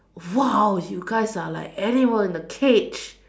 !wow! you guys are like animals in the cage